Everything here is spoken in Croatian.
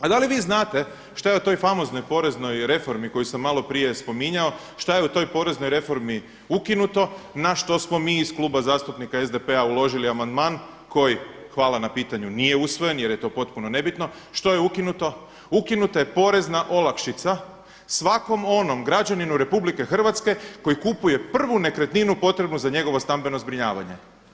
A da li vi znate šta je o toj famoznoj poreznoj reformi koju sam malo prije spominjao, šta je u toj poreznoj reformi ukinuto, na što smo mi iz Kluba zastupnika SDP-a uložili amandman koji, hvala na pitanju nije usvojen jer je to potpuno nebitno, što je ukinuto, ukinuta je porezna olakšica svakom onom građaninu RH koji kupuje prvu nekretninu potrebnu za njegovo stambeno zbrinjavanje.